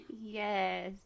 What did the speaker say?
Yes